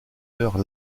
heure